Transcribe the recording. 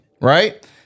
right